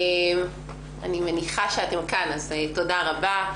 אני מניחה שאתם כאן, אז תודה רבה.